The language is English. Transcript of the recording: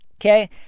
Okay